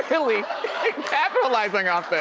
really capitalizing off